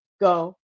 go